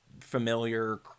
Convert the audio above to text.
familiar